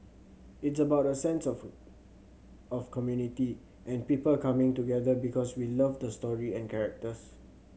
it's about a sense of of community and people coming together because we love the story and characters